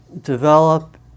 develop